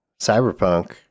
cyberpunk